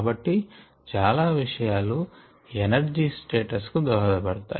కాబట్టి చాలా విషయాలు ఎనర్జీ స్టేటస్ కు దోహద పడతాయి